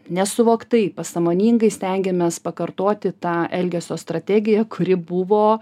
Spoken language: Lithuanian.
nesuvoktai pasąmoningai stengiamės pakartoti tą elgesio strategiją kuri buvo